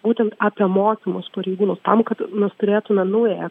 būtent apie mokymus pareigūnų tam kad mes turėtume naująją